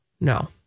No